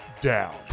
down